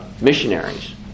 missionaries